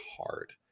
hard